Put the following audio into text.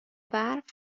برف